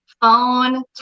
phone